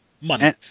money